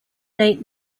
late